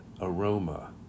aroma